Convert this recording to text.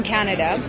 Canada